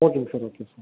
ஓகேங்க சார் ஓகேங்க சார்